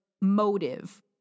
motive